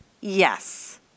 Yes